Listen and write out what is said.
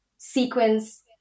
sequence